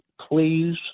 please